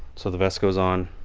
so the vest goes on,